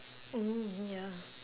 mm ya